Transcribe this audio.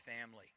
family